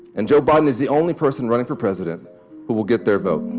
and joe biden is the only person running for president who will get their vote